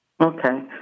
Okay